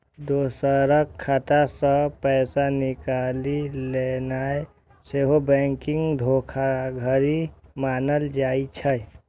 दोसरक खाता सं पैसा निकालि लेनाय सेहो बैंकिंग धोखाधड़ी मानल जाइ छै